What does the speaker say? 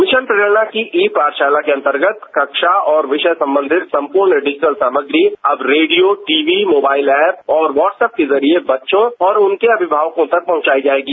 mission Prerna की e Pathshala के अंतर्गत कक्षा एवं विषय सम्बंधित संप्रर्ण डिजिटल सामग्री अब रेडियो ज्ट मोबाईल ऐप व्हाट्सऐप के जरिये बच्चों और उनके अभिभावकों तक पहुंचाई जाएगी